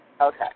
Okay